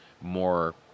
more